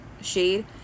shade